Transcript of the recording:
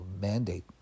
mandate